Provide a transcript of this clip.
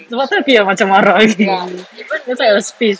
tu pasal aku dah macam marah that's why I was pissed